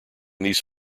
these